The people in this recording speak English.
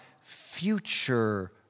future